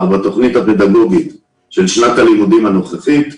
בתוכנית הפדגוגית של שנת הלימודים הנוכחית,